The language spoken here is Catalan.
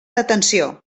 detenció